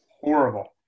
horrible